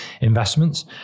investments